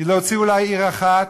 להוציא אולי עיר אחת,